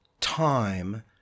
time